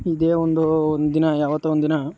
ಇದೇ ಒಂದು ಒಂದಿನ ಯಾವತ್ತೋ ಒಂದಿನ